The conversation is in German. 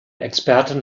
experten